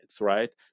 right